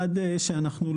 בעיקר בצפון,